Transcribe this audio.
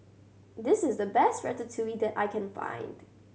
this is the best Ratatouille that I can find